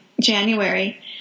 January